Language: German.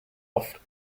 oft